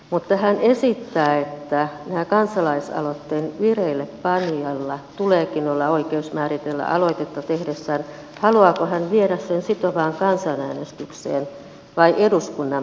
mutta hän esittää että tämän kansalaisaloitteen vireillepanijalla tuleekin olla oikeus määritellä aloitetta tehdessään haluaako hän viedä sen sitovaan kansanäänestykseen vai eduskunnan päätettäväksi